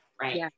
right